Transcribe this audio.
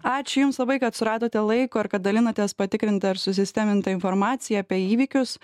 ačiū jums labai kad suradote laiko ir kad dalinatės patikrinta ir susisteminta informacija apie įvykius